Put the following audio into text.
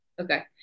Okay